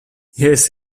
jes